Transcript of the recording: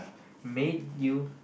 made you